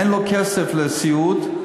אין לו כסף לסיעוד,